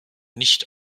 nicht